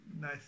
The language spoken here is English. nice